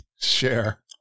share